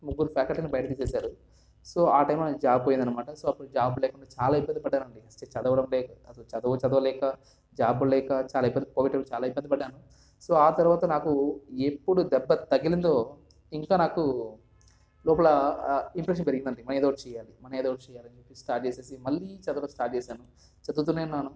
ముగ్గురు ఫ్యాకల్టీని బయట తీసేశారు సో ఆ టైంలో నేను జాబ్ పోయింది అనమాట సో అప్పుడు జాబ్ లేకుండా చాలా ఇబ్బంది పడ్డాను అండి చదవడం లేదు అసలు చదువు చదవలేక జాబ్ కూడా లేక చాలా ఇబ్బంది కోవిడ్ టైంలో చాలా ఇబ్బంది పడ్డాను సో ఆ తర్వాత నాకు ఎప్పుడు దెబ్బ తగిలిందో ఇంకా నాకు లోపల ఇంప్రెషన్ పెరిగింది అండి మనం ఏదో ఒకటి చేయాలి మనం ఏదో ఒకటి చేయాలి అని చెప్పేసి స్టార్ట్ చేసేసి మళ్ళీ చదవడం స్టార్ట్ చేశాను చదువుతూనే ఉన్నాను